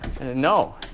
No